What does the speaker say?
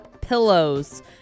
Pillows